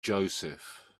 joseph